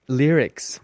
lyrics